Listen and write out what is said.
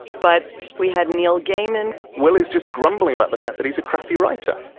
but we had neil gaiman well, he's just grumbling about the fact that he's a crappy writer.